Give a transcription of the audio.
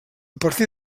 partir